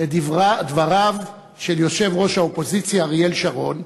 את דבריו של יושב-ראש האופוזיציה אריאל שרון,